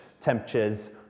temperatures